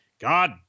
God